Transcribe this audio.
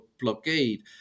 blockade